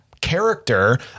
character